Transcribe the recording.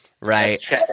right